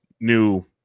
new